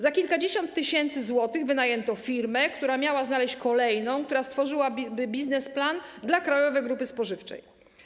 Za kilkadziesiąt tysięcy złotych wynajęto firmę, która miała znaleźć kolejną, która stworzyłaby biznes plan dla krajowej grupy spożywczej.